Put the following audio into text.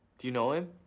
do you know him?